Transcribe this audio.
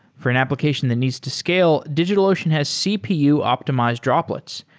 for an application that needs to scale, digitalocean has cpu optimized droplets,